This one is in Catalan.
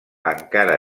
encara